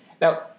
Now